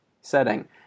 setting